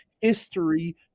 history